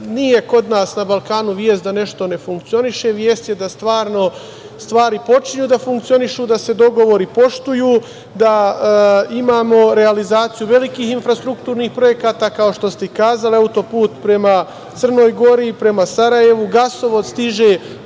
kod nas na Balkanu vest da nešto ne funkcioniše, vest je da stvarno stvari počinju da funkcionišu, da se dogovori poštuju, da imamo realizaciju velikih infrastrukturnih projekata, kao što ste i rekli, auto-put prema Crnoj Gori, prema Sarajevu, gasovod stiže